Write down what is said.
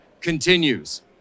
continues